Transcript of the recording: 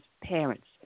parents